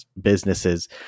businesses